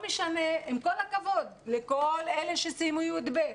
עם כל הכבוד לכל אלה שסיימו י"ב,